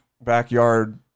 backyard